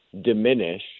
diminish